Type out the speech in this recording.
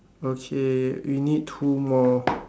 okay we need two more